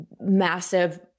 massive